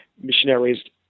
missionaries